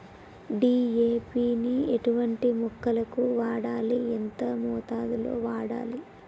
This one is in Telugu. డీ.ఏ.పి ని ఎటువంటి మొక్కలకు వాడాలి? ఎంత మోతాదులో వాడాలి?